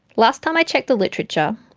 last time i checked the literature,